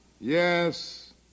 Yes